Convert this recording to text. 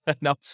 No